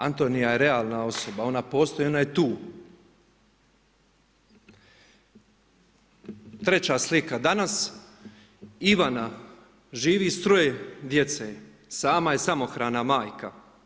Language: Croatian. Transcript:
Antonija je realna osoba, ona postoji i ona je tu, treća slika, danas Ivana živi s 3 djece, sama je, samohrana majka.